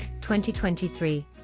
2023